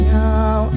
now